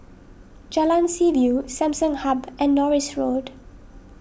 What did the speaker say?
Jalan Seaview Samsung Hub and Norris Road